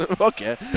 Okay